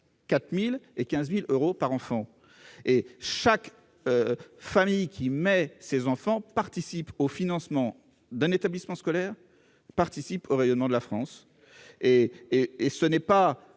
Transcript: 4 000 et 15 000 euros par enfant. Chaque famille qui scolarise ses enfants participe au financement d'un établissement scolaire et au rayonnement de la France. Et ce n'est pas